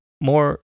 more